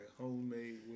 homemade